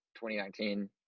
2019